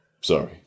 sorry